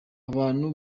abantu